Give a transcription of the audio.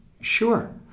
Sure